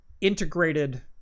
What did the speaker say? integrated